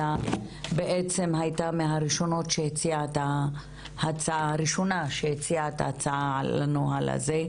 אלא בעצם הייתה הראשונה שהציע את ההצעה לנוהל הזה,